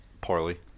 Poorly